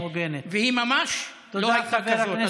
והיא ממש לא כזאת,